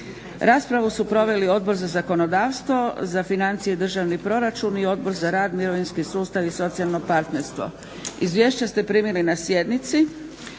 Raspravu su proveli Odbor za zakonodavstvo, za financije i državni proračun i Odbor za rad, mirovinski sustav i socijalno partnerstvo. Izvješća ste primili na sjednici.